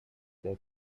their